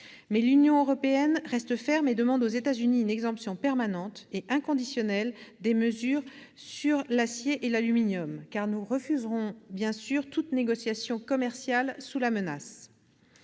l'Union européenne reste ferme et demande aux États-Unis une exemption permanente et inconditionnelle des mesures sur l'acier et l'aluminium, car nous refuserons, bien sûr, toute négociation commerciale sous la menace.